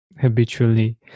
habitually